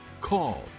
call